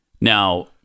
Now